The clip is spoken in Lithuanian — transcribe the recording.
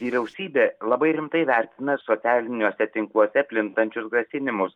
vyriausybė labai rimtai vertina socialiniuose tinkluose plintančius grasinimus